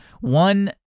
One